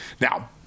Now